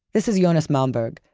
this is jonas moberg,